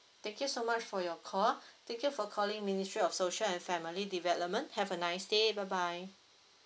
thank you so much for your call thank you for calling ministry of social and family development have a nice day bye bye